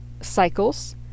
cycles